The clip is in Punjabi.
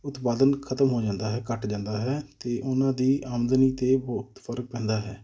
ਉਤਪਾਦਨ ਖ਼ਤਮ ਹੋ ਜਾਂਦਾ ਹੈ ਘੱਟ ਜਾਂਦਾ ਹੈ ਅਤੇ ਉਹਨਾਂ ਦੀ ਆਮਦਨੀ 'ਤੇ ਬਹੁਤ ਫ਼ਰਕ ਪੈਂਦਾ ਹੈ